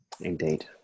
Indeed